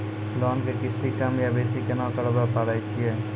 Loan के किस्ती कम या बेसी केना करबै पारे छियै?